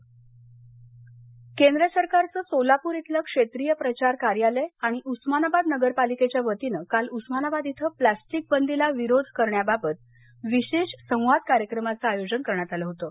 plastic मक्ती उस्मानावाद केंद्र सरकारचं सोलापूर इथलं क्षेत्रीय प्रचार कार्यालय आणि उस्मानाबाद नगरपालिकेच्या वतीनं काल उस्मानाबाद इथं प्लास्टिक बंदीला विरोध करण्याबाबत विशेष संवाद कार्यक्रमाचं आयोजन करण्यात आलं होतं